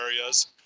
areas